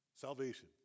Salvation